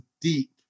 deep